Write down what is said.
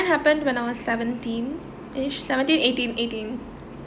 happened when I was seventeen-ish seventeen eighteen eighteen